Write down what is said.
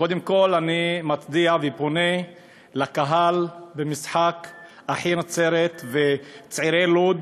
קודם כול אני מצדיע ופונה לקהל במשחק "אחי נצרת" ו"צעירי לוד",